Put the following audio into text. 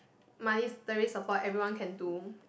monetary support everyone can do